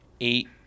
eight